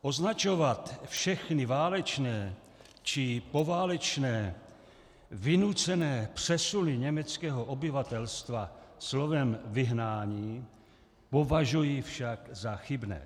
Označovat všechny válečné či poválečné vynucené přesuny německého obyvatelstva slovem vyhnání považuji však za chybné.